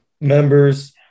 Members